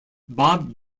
bob